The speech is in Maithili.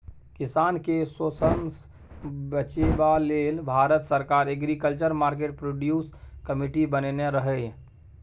किसान केँ शोषणसँ बचेबा लेल भारत सरकार एग्रीकल्चर मार्केट प्रोड्यूस कमिटी बनेने रहय